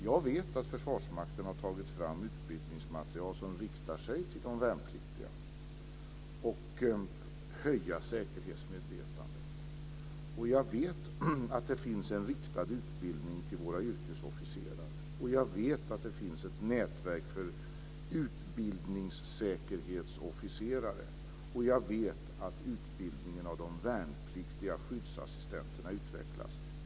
Jag vet att Försvarsmakten har tagit fram utbildningsmaterial som riktar sig till de värnpliktiga för att höja säkerhetsmedvetandet, att det finns en riktad utbildning till våra yrkesofficerare, att det finns ett nätverk för utbildningssäkerhetsofficerare och att utbildningen av de värnpliktiga skyddsassistenterna utvecklas.